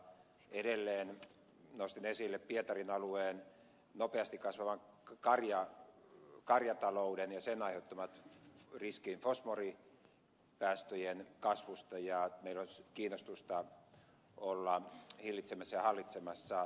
edelleen nostin esille pietarin alueen nopeasti kasvavan karjatalouden sen aiheuttaman riskin fosforipäästöjen kasvusta ja sen että meillä olisi kiinnostusta olla hillitsemässä ja hallitsemassa sitä kasvua